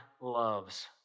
loves